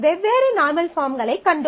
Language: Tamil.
வெவ்வேறு நார்மல் பாஃர்ம்களைக் கண்டோம்